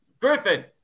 Griffin